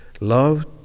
love